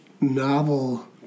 novel